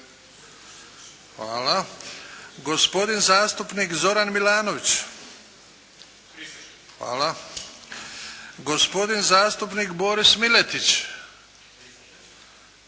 gospodin zastupnik Zoran Milanović – prisežem, gospodin zastupnik Boris Miletić –